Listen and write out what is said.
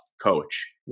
coach